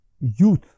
youth